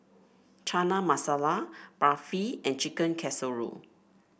Chana Masala Barfi and Chicken Casserole